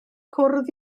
cwrdd